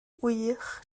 wych